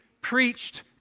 preached